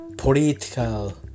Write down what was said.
political